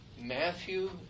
Matthew